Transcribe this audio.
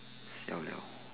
siao liao